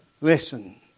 Listen